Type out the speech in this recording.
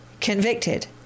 convicted